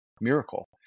miracle